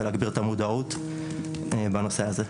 ולהגביר את המודעות בנושא הזה.